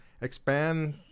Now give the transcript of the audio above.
expand